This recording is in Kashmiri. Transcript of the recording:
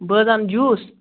بہٕ حظ اَن جوٗس